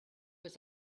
was